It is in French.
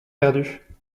perdu